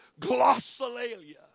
glossolalia